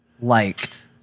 liked